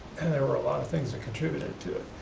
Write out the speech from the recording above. and there were a lot of things that contributed to it.